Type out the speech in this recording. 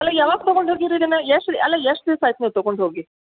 ಅಲ್ಲ ಯಾವಾಗ ತೊಗೊಂಡು ಹೋಗೀರಿ ಇದನ್ನು ಎಷ್ಟು ಅಲ್ಲ ಎಷ್ಟು ದಿವ್ಸ ಆಯ್ತು ನೀವು ತೊಗೊಂಡು ಹೋಗಿ